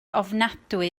ofnadwy